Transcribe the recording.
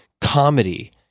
comedy